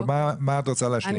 מה את רוצה להשלים?